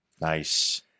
Nice